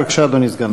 בבקשה, אדוני סגן השר.